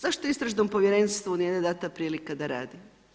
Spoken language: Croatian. Zašto istražnom povjerenstvu nije dana prilika da radi?